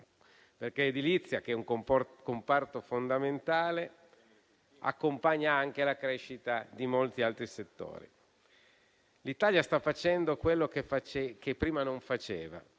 perché l'edilizia, che è un comparto fondamentale, accompagna anche la crescita di molti altri settori. L'Italia sta facendo quello che prima non faceva: